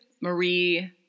Marie